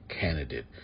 candidate